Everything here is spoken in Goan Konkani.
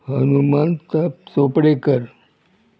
हनुमंत चोपडेकर